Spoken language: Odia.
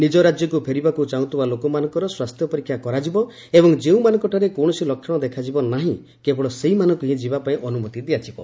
ନିଜ ରାଜ୍ୟକୁ ଫେରିବାକୁ ଚାହୁଁଥିବା ଲୋକମାନଙ୍କର ସ୍ୱାସ୍ଥ୍ୟ ପରୀକ୍ଷା କରାଯିବ ଏବଂ ଯେଉଁମାନଙ୍କଠାରେ କୌଣସି ଲକ୍ଷଣ ଦେଖାଯିବ ନାହିଁ କେବଳ ସେହିମାନଙ୍କୁ ହିଁ ଯିବାପାଇଁ ଅନୁମତି ଦିଆଯିବ